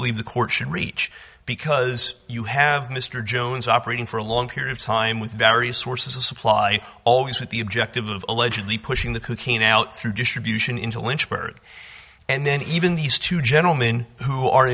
believe the court should reach because you have mr jones operating for a long period of time with various sources of supply always with the objective of allegedly pushing the coup cane out through distribution into lynchburg and then even these two gentlemen who are